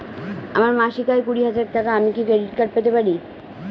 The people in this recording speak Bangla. আমার মাসিক আয় কুড়ি হাজার টাকা আমি কি ক্রেডিট কার্ড পেতে পারি?